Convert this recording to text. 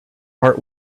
heart